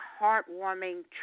heartwarming